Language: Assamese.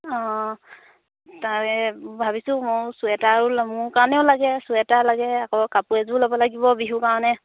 অঁ তাৰে ভাবিছোঁ মোৰ চুৱেটাৰো লম মোৰ কাৰণেও লাগে চুৱেটাৰ লাগে আকৌ কাপোৰ এযোৰো ল'ব লাগিব বিহুৰ কাৰণে